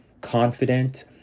confident